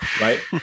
right